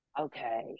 Okay